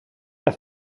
alla